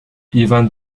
ivan